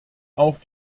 auch